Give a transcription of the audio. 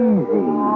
Easy